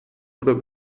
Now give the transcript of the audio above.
oder